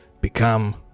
become